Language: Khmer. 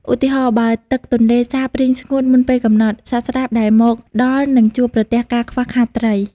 ឧទាហរណ៍ បើទឹកទន្លេសាបរីងស្ងួតមុនពេលកំណត់ សត្វស្លាបដែលមកដល់នឹងជួបប្រទះការខ្វះខាតត្រី។